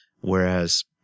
Whereas